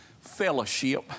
fellowship